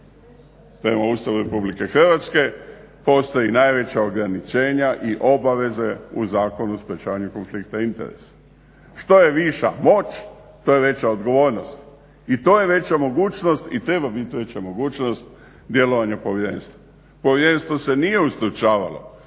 prema Ustavu Republike Hrvatske postoje najveća ograničenja i obaveze u Zakonu o sprječavanju konflikta interesa. Što je viša moć, to je veća odgovornost. I to je veća mogućnost i treba biti veća mogućnost djelovanja povjerenstva.